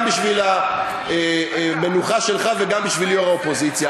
גם בשביל המנוחה שלך וגם בשביל יו"ר האופוזיציה.